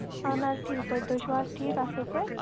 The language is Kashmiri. اَہَن حظ ٹھیٖک پٲٹھۍ تُہۍ چھِو حظ ٹھیٖک اَصٕل پٲٹھۍ